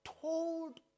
told